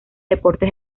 deportes